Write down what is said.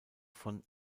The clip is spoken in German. von